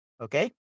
Okay